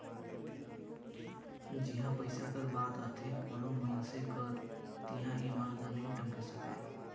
जिहां पइसा कर बात आथे कोनो मइनसे कर तिहां ईमान ल नी टमड़े सकाए